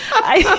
i,